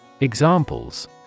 Examples